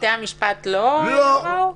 בתי-המשפט לא באו?